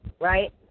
right